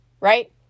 right